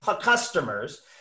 customers